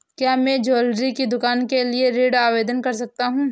क्या मैं ज्वैलरी की दुकान के लिए ऋण का आवेदन कर सकता हूँ?